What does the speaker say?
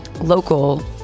local